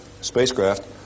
spacecraft